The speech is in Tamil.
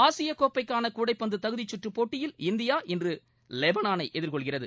ஆசிய கோப்பைக்கான கூடைப்பந்து தகுதிச் கற்றுப் போட்டியில் இந்தியா இன்று வெபளாளை எதிர்கொள்கிறது